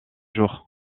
jour